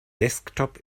desktop